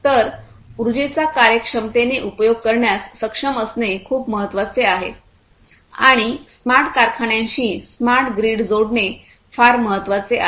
तर उर्जेचा कार्यक्षमतेने उपयोग करण्यास सक्षम असणे खूप महत्वाचे आहे आणि स्मार्ट कारखान्यांशी स्मार्ट ग्रीड जोडणे फार महत्वाचे आहे